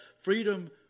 freedom